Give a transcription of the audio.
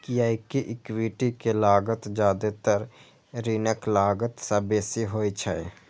कियैकि इक्विटी के लागत जादेतर ऋणक लागत सं बेसी होइ छै